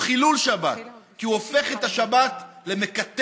הוא חילול שבת כי הוא הופך את השבת למקטבת,